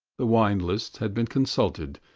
the wine lists had been consulted,